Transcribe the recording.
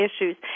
issues